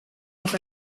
off